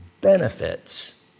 benefits